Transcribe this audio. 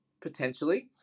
Potentially